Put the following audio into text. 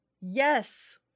Yes